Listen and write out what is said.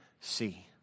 see